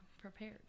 prepared